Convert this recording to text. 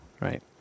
right